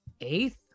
eighth